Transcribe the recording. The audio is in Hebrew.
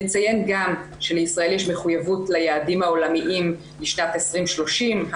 נציין גם שלישראל יש מחויבות ליעדים העולמיים לשנת 2030,